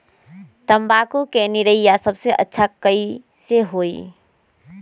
तम्बाकू के निरैया सबसे अच्छा कई से होई?